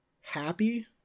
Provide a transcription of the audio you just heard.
happy